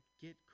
Get